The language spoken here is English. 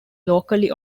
locally